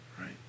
right